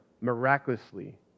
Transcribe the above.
miraculously